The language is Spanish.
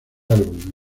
álbum